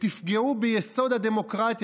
תפגעו ביסוד הדמוקרטי,